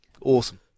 Awesome